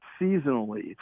seasonally